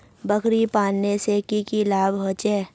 बकरी पालने से की की लाभ होचे?